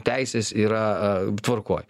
teisės yra a tvarkoj